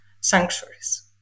sanctuaries